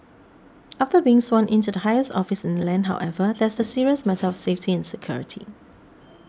after being sworn in to the highest office in the land however there's the serious matter of safety and security